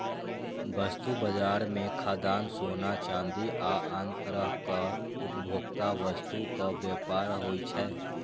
वस्तु बाजार मे खाद्यान्न, सोना, चांदी आ आन तरहक उपभोक्ता वस्तुक व्यापार होइ छै